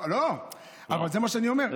לא, אבל זה מה שאני אומר.